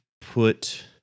put